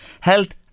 health